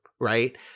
right